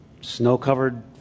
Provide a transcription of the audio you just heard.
snow-covered